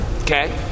Okay